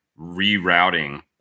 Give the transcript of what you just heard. rerouting